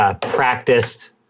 practiced